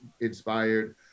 Inspired